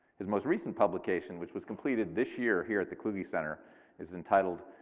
his most recent publication, which was completed this year here at the kluge center is entitled,